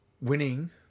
winning